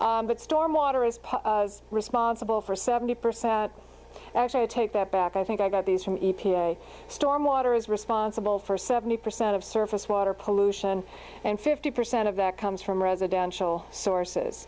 but storm water is responsible for seventy percent actually i take that back i think i got these from e p a stormwater is risk boncelles for seventy percent of surface water pollution and fifty percent of that comes from residential sources